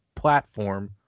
platform